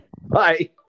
Bye